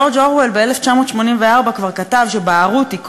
ג'ורג' אורוול ב"1984" כבר כתב שבערות היא כוח,